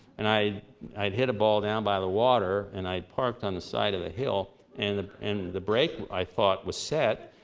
and i'd i'd hit a ball down by the water. and i parked on the side of a hill. and the and the brake, i thought, was set.